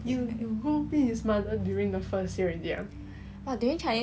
!wah! during chinese new year it was quite bad eh I vomit eh